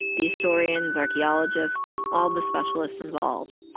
the historians, archeologists, all the specialists involved,